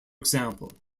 example